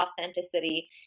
authenticity